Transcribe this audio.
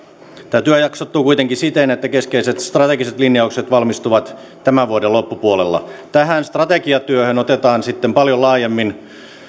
tämä työ jaksottuu kuitenkin siten että keskeiset strategiset linjaukset valmistuvat tämän vuoden loppupuolella tähän strategiatyöhön otetaan sitten paljon laajemmin